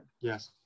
Yes